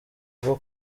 rwo